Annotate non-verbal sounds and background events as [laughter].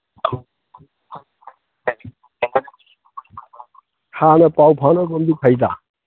[unintelligible] ꯍꯥꯟꯅ ꯄꯥꯎ ꯐꯥꯎꯅꯕꯅꯗꯤ ꯐꯩꯗ